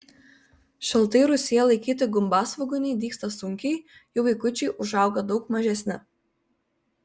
šaltai rūsyje laikyti gumbasvogūniai dygsta sunkiai jų vaikučiai užauga daug mažesni